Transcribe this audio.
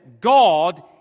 God